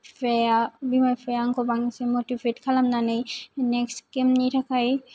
बिफाया बिमा बिफाया आंखौ बांसिन मटिभेट खालामनानै नेक्स्ट गेमनि थाखाय